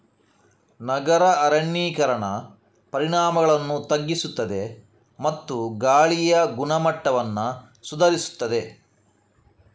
ನಗರ ಅರಣ್ಯೀಕರಣ ಪರಿಣಾಮಗಳನ್ನು ತಗ್ಗಿಸುತ್ತದೆ ಮತ್ತು ಗಾಳಿಯ ಗುಣಮಟ್ಟವನ್ನು ಸುಧಾರಿಸುತ್ತದೆ